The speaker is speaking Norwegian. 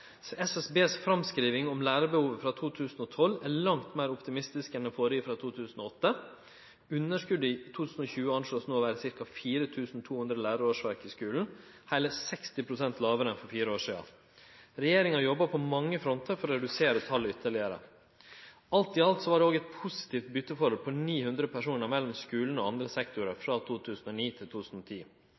framskriving om lærarbehovet frå 2012 er langt meir optimistisk enn den førre frå 2008. Underskotet i 2020 vert no sett til 4 200 lærarårsverk i skulen – heile 60 pst. lågare enn for fire år sidan. Regjeringa jobbar på mange frontar for å redusere talet ytterlegare. Alt i alt var det òg eit positivt byteforhold på 900 personar mellom skulen og andre sektorar frå 2009 til 2010.